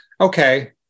okay